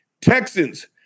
Texans